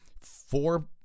four